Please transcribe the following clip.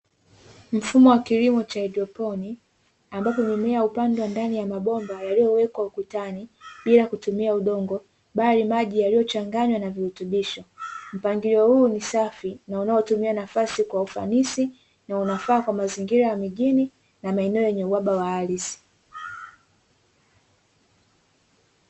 Mfumo wa kilimo cha Hydroponi, ambapo mimea ya upande wa ndani ya mabomba yaliyowekwa ukutani bila kutumia udongo, bali maji yaliyochanganywa na virutubisho, mpango huu ni safi na unaotumia nafasi kwa ufanisi na unafaa kwa mazingira ya mijini na maeneo yenye uhaba wa ardhi.